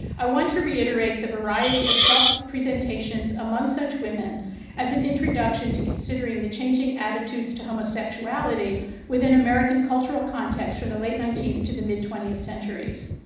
i want to reiterate the variety of self-presentation among such women as an introduction to considering the changing attitudes to homosexuality within american cultural context from the late nineteenth to the mid twentieth centuries.